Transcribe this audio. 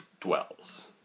dwells